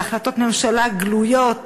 בהחלטות ממשלה גלויות